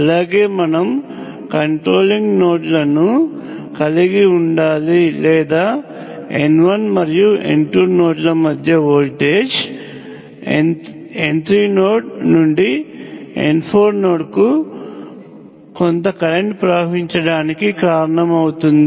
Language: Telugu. అలాగే మనం కంట్రోలింగ్ నోడ్లను కలిగి ఉండాలి లేదా n1 మరియు n2 నోడ్ ల మధ్య వోల్టేజ్ n3 నోడ్ నుండి n4 నోడ్ కు కొంత కరెంట్ ప్రవహించడానికి కారణమవుతుంది